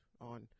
on